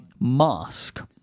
mask